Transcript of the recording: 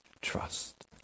Trust